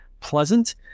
pleasant